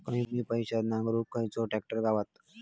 कमी पैशात नांगरुक खयचो ट्रॅक्टर गावात?